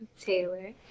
Taylor